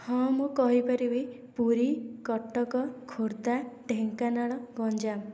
ହଁ ମୁଁ କହିପାରିବି ପୁରୀ କଟକ ଖୋର୍ଦ୍ଧା ଢେଙ୍କାନାଳ ଗଞ୍ଜାମ